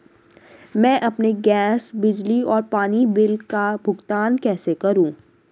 मैं अपने गैस, बिजली और पानी बिल का भुगतान कैसे करूँ?